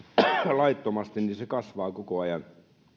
laittomasti kasvaa koko ajan